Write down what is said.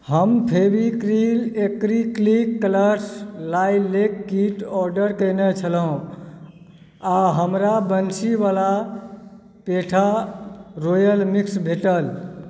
हम Fevicryl acrylic colours lilac kit order कयने छलहुँ आ हमरा बंसीवाला पेठा रॉयल मिक्स भेटल